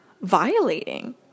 violating